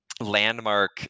landmark